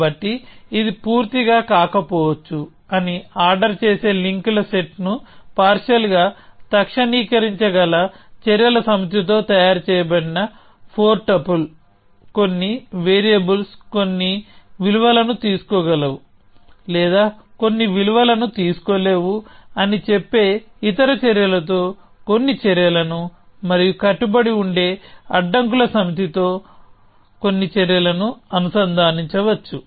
కాబట్టి ఇది పూర్తిగా కాకపోవచ్చు అని ఆర్డర్ చేసే లింక్ ల సెట్ ను పార్షియల్ గా తక్షణీకరించగల చర్యల సమితితో తయారు చేయబడిన ఫోర్ టప్పుల్ కొన్ని వేరియబుల్స్ కొన్ని విలువలను తీసుకోగలవు లేదా కొన్ని విలువలను తీసుకోలేవు అని చెప్పే ఇతర చర్యలతో కొన్ని చర్యలను మరియు కట్టుబడి ఉండే అడ్డంకుల సమితితో కొన్ని చర్యలను అనుసంధానించవచ్చు